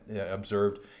observed